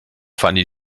fanny